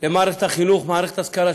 למערכת החינוך, למערכת ההשכלה.